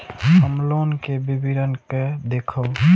हम लोन के विवरण के देखब?